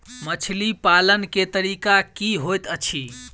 मछली पालन केँ तरीका की होइत अछि?